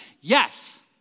Yes